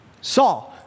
Saul